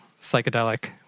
psychedelic